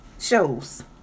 shows